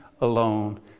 alone